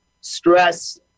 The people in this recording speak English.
Stress